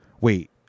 wait